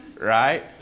right